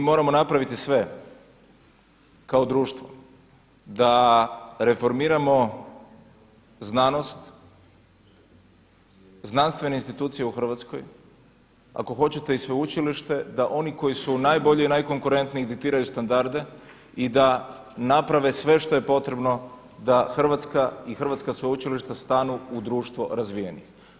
I mi moramo napraviti sve kao društvo da reformiramo znanost, znanstvene institucije u Hrvatskoj, ako hoćete i sveučilište da oni koji su najbolji i najkonkurentniji, da diktiraju standarde i da naprave sve što je potrebno da Hrvatska i hrvatska sveučilišta stanu u društvo razvijenih.